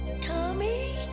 Tommy